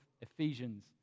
Ephesians